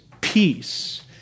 peace